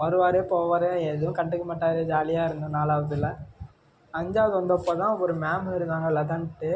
வருவார் போவார் எதுவும் கண்டுக்க மாட்டார் ஜாலியாக இருந்தோம் நாலாவதில் அஞ்சாவது வந்தப்போ தான் ஒரு மேம் இருந்தாங்க லதான்ட்டு